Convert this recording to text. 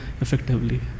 effectively